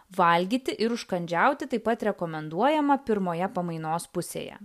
valgyti ir užkandžiauti taip pat rekomenduojama pirmoje pamainos pusėje